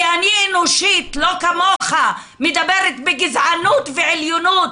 כי אני אנושית, לא כמוך, מדברת בגזענות ועליונות.